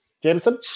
Jameson